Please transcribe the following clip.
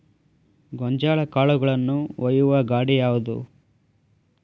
ಗೋಂಜಾಳ ಕಾಳುಗಳನ್ನು ಒಯ್ಯುವ ಗಾಡಿ ಯಾವದು?